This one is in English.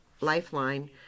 Lifeline